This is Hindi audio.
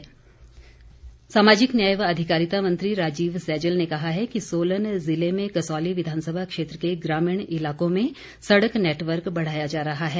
सैजल सामाजिक न्याय व अधिकारिता मंत्री राजीव सैजल ने कहा है कि सोलन जिले में कसौली विधानसभा क्षेत्र के ग्रामीण इलाकों में सड़क नेटवर्क बढ़ाया जा रहा है